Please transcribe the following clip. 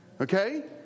Okay